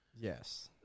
Yes